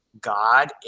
God